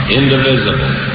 indivisible